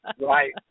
Right